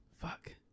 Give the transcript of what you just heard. fuck